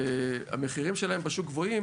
והמחירים שלהם בשוק גבוהים,